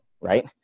right